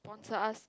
sponsor us